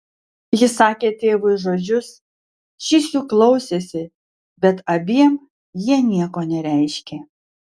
jis sakė tėvui žodžius šis jų klausėsi bet abiem jie nieko nereiškė